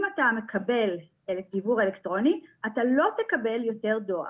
אם אתה מקבל דיוור אלקטרוני אתה לא תקבל יותר דואר.